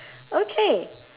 okay